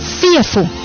fearful